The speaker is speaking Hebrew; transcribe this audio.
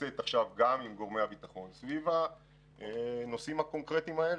נעשית עכשיו גם עם גורמי הביטחון סביב הנושאים הקונקרטיים האלה.